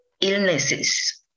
illnesses